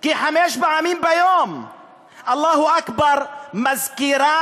כי חמש פעמים ביום "אללהו אכבר" מזכירה